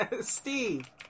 Steve